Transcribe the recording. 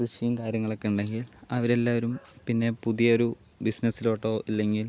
കൃഷിയും കാര്യങ്ങളൊക്കെ ഉണ്ടെങ്കിൽ അവരെല്ലാവരും പിന്നെ പുതിയൊരു ബിസിനസ്സിലോട്ടോ ഇല്ലെങ്കിൽ